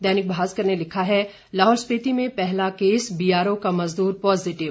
दैनिक भास्कर ने लिखा है लाहौल स्पीति में पहला केस बीआरओ का मजदूर पॉजिटिव